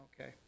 okay